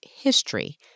history